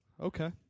Okay